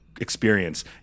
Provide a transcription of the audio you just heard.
experience